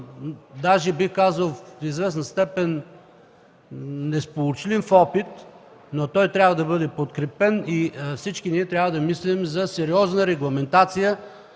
дори, бих казал, в известна степен несполучлив опит, но той трябва да бъде подкрепен и всички ние трябва да мислим за сериозна регламентация